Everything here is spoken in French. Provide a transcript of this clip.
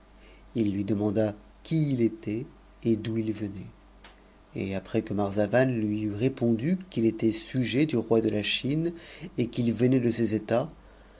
il lui demanda qui il était et d'où il venait et après que marzavan lui eut répondu qu'il ét n sujet du roi de la chine et qu'il venait de ses états